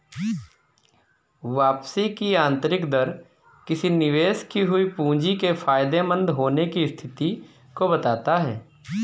वापसी की आंतरिक दर किसी निवेश की हुई पूंजी के फायदेमंद होने की स्थिति को बताता है